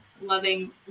loving